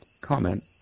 comment